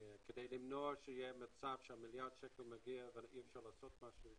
כדי למנוע מצב שהמיליארד שקל מגיע אבל אי אפשר לעשות משהו.